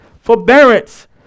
forbearance